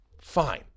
Fine